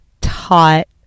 taught